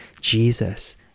Jesus